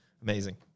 Amazing